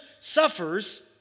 suffers